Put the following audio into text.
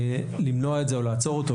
היחידה למנוע את זה או לעצור אותו,